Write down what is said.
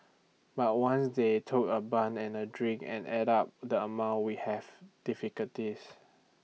but once they took A bun and A drink and added up the amount we have difficulties